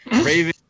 Raven